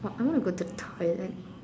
oh I want to go to the toilet